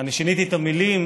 אני שיניתי את המילים,